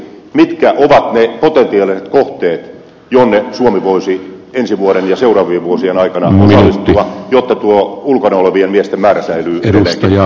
mitkä ovat ne potentiaaliset kohteet joihin suomi voisi ensi vuoden ja seuraavien vuosien aikana osallistua jotta tuo ulkona olevien miesten määrä säilyy edelleenkin nykytasolla